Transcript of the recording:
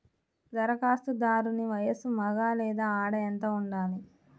ధరఖాస్తుదారుని వయస్సు మగ లేదా ఆడ ఎంత ఉండాలి?